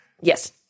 Yes